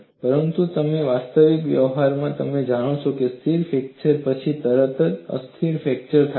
પરંતુ તમે વાસ્તવિક વ્યવહારમાં જાણો છો સ્થિર ફ્રેક્ચર પછી તરત જ અસ્થિર ફ્રેક્ચર થાય છે